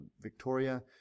Victoria